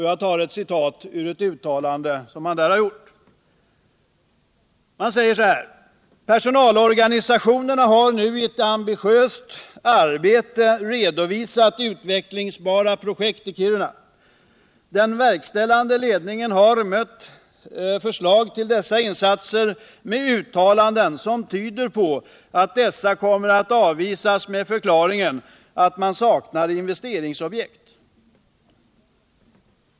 Man säger i ett uttalande: ”Personalorganisationerna har i ett ambitiöst arbete redovisat utvecklingsbara projekt i Kiruna. Den verkställande ledningen har mött förslag till dessa insatser med uttalanden som tyder på att dessa kommer att avvisas med förklaringen att man saknar ”investeringsobjekt'.